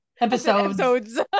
Episodes